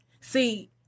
See